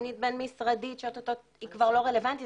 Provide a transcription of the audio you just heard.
תכנית בין משרדית שאוטוטו היא כבר לא רלוונטית,